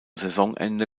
saisonende